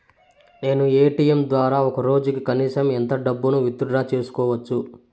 నేను ఎ.టి.ఎం ద్వారా ఒక రోజుకి కనీసం ఎంత డబ్బును విత్ డ్రా సేసుకోవచ్చు?